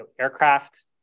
aircraft